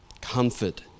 comfort